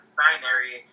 binary